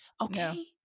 Okay